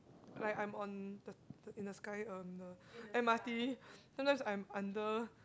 like I'm on the in the sky um the M_R_T sometimes I'm under